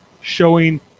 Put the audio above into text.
showing